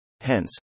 Hence